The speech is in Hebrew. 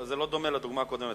לדעתי, זה לא דומה לדוגמה הקודמת.